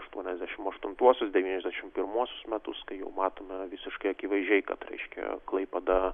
aštuoniasdešimt aštuntuosius devyniasdešimt pirmuosius metus kai matome visiškai akivaizdžiai kad reiškia klaipėda